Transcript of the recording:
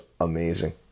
amazing